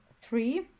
three